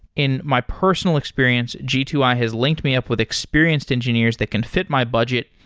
in my personal experience, g two i has linked me up with experienced engineers that can fit my budget,